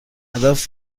هدف